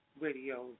Radio